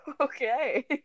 Okay